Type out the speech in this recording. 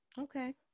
Okay